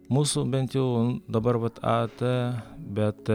mūsų bent jau dabar vat a t bet